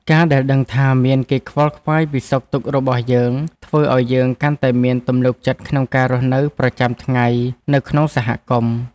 ការដែលដឹងថាមានគេខ្វល់ខ្វាយពីសុខទុក្ខរបស់យើង ធ្វើឱ្យយើងកាន់តែមានទំនុកចិត្តក្នុងការរស់នៅប្រចាំថ្ងៃនៅក្នុងសហគមន៍។